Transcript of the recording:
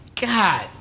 God